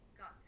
got